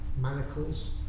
manacles